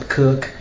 cook